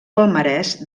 palmarès